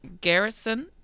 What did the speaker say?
Garrison